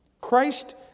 Christ